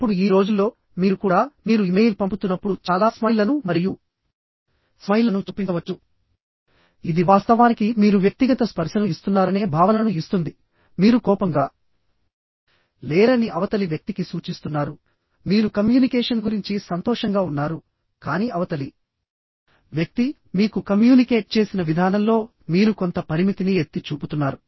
అప్పుడు ఈ రోజుల్లో మీరు కూడా మీరు ఇమెయిల్ పంపుతున్నప్పుడు చాలా స్మైల్లను మరియు స్మైల్లను చొప్పించవచ్చు ఇది వాస్తవానికి మీరు వ్యక్తిగత స్పర్శను ఇస్తున్నారనే భావనను ఇస్తుంది మీరు కోపంగా లేరని అవతలి వ్యక్తికి సూచిస్తున్నారు మీరు కమ్యూనికేషన్ గురించి సంతోషంగా ఉన్నారు కానీ అవతలి వ్యక్తి మీకు కమ్యూనికేట్ చేసిన విధానంలో మీరు కొంత పరిమితిని ఎత్తి చూపుతున్నారు